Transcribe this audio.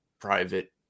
private